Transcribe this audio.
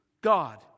God